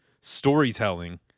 storytelling